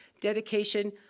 dedication